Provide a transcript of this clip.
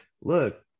look